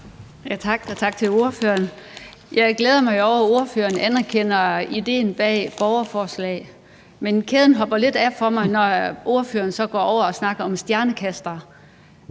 Tak til ordføreren. Jeg glæder mig over, at ordføreren anerkender idéen bag borgerforslaget, men kæden hopper lidt af, når ordføreren så går over til at snakke om stjernekastere.